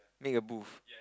make a booth